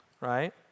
Right